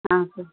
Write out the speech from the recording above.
sir